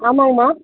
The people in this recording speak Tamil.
ஆமாங்க மா